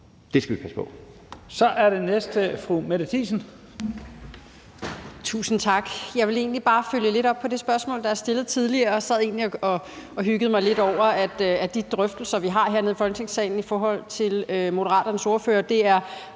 Mette Thiesen. Kl. 11:56 Mette Thiesen (DF): Tusind tak. Jeg vil egentlig bare følge lidt op på det spørgsmål, der er stillet tidligere. Jeg sad egentlig og hyggede mig lidt over, at de drøftelser, vi har hernede i Folketingssalen med Moderaternes ordfører, er